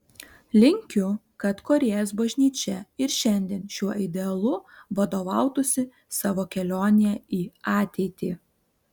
linkiu kad korėjos bažnyčia ir šiandien šiuo idealu vadovautųsi savo kelionėje į ateitį